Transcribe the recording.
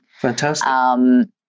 Fantastic